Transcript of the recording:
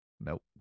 Nope